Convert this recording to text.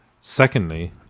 Secondly